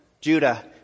Judah